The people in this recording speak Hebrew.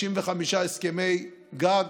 55 הסכמי גג,